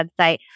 website